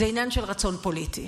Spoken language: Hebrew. זה עניין של רצון פוליטי,